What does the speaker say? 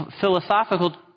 philosophical